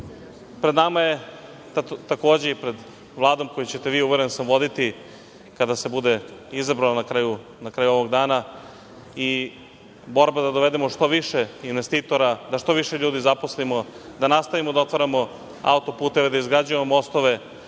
nama je, takođe i pred Vladom koju ćete vi, uveren sam voditi kada se bude izabrala na kraju ovog dana i borba, da dovedemo što više investitora, da što više ljudi zaposlimo, da nastavimo da otvaramo auto-puteve, da izgrađujemo mostove,